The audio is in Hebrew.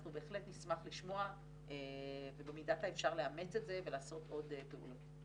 אנחנו בהחלט נשמח לשמוע ובמידת האפשר לאמץ את זה ולעשות עוד פעולות.